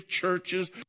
churches